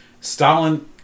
Stalin